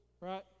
right